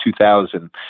2000